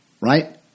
Right